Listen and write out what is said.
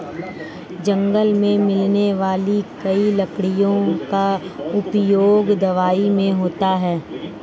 जंगल मे मिलने वाली कई लकड़ियों का उपयोग दवाई मे होता है